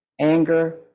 anger